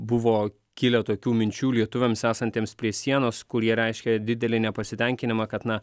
buvo kilę tokių minčių lietuviams esantiems prie sienos kurie reiškė didelį nepasitenkinimą kad na